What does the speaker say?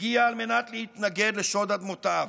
הגיע על מנת להתנגד לשוד אדמותיו.